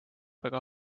väga